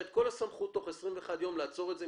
את כל הסמכות תוך 21 יום לעצור את זה,